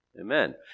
Amen